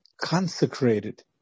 consecrated